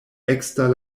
ekster